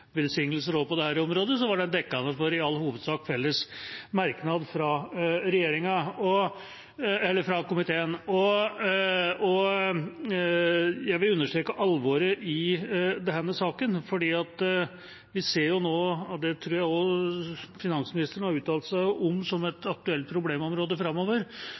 var det dekkende for en i all hovedsak felles merknad fra komiteen. Jeg vil understreke alvoret i denne saken, for vi ser jo nå, og det tror jeg også finansministeren har uttalt seg om som et aktuelt problemområde framover,